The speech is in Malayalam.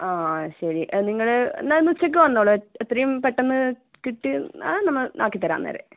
ആ ശരി നിങ്ങൾ എന്നാൽ ഇന്ന് ഉച്ചയ്ക്ക് വന്നോളു എത്രയും പെട്ടന്ന് കിട്ടി ആ നമ്മൾ ആക്കി തരാം നേരെ